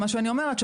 מה שאני אומרת,